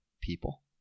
people